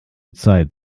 zeit